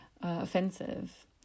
offensive